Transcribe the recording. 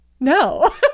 no